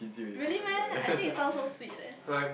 really meh I think it sound so sweet leh